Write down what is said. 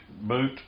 Boot